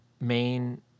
main